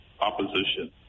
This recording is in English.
opposition